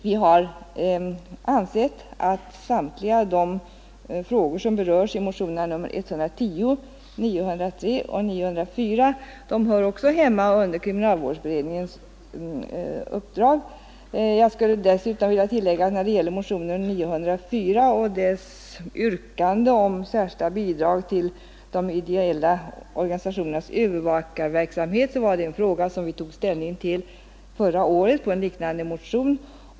Vi har ansett att samtliga de frågor, som berörs i motionerna 110, 903 och 904, också återfinnes i kriminalvårdsberedningens uppdrag. När det gäller motionen 904 och dess yrkande om särskilt bidrag till de ideella organisationernas övervakarverksamhet kan det dessutom sägas att vi redan förra året tog ställning till denna fråga i samband med en liknande motion.